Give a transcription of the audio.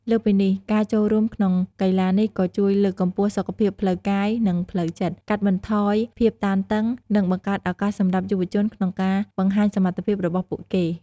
លើសពីនេះ ការចូលរួមក្នុងកីឡានេះក៏ជួយលើកកម្ពស់សុខភាពផ្លូវកាយ និងផ្លូវចិត្ត កាត់បន្ថយភាពតានតឹង និងបង្កើតឱកាសសម្រាប់យុវជនក្នុងការបង្ហាញសមត្ថភាពរបស់ពួកគេ។